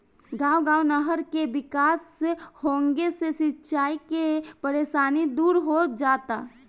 गांव गांव नहर के विकास होंगे से सिंचाई के परेशानी दूर हो जाता